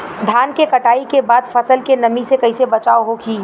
धान के कटाई के बाद फसल के नमी से कइसे बचाव होखि?